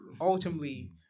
ultimately